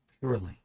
purely